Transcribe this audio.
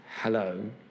Hello